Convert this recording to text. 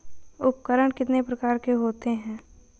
उपकरण कितने प्रकार के होते हैं?